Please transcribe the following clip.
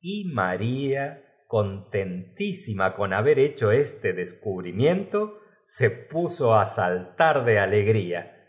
y maria contentísima con haber hecho esto descubrim ien to se puso á sallar de alogda y